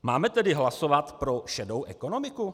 Máme tedy hlasovat pro šedou ekonomiku?